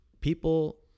people